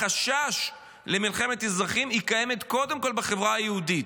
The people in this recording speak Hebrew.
החשש למלחמת אזרחים קיים קודם כול בחברה היהודית.